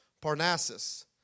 Parnassus